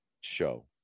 show